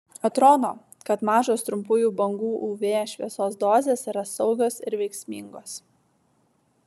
atrodo kad mažos trumpųjų bangų uv šviesos dozės yra saugios ir veiksmingos